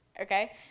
okay